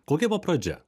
kokia buvo pradžia